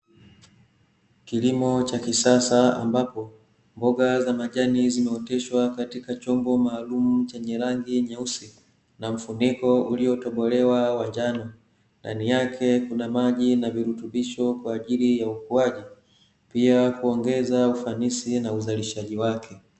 Kilimo cha kisasa ambapo, mboga za majani zimeoteshwa katika chombo maalum chenye rangi nyeusi, na mfuniko uliotobolewa wa njano. Ndani yake kuna maji na virutubisho kwa ajili ya ukuaji, pia kuongeza ufanisi na uzalishaji wake.